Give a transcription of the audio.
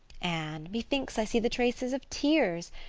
anne, methinks i see the traces of tears.